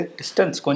distance